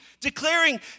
declaring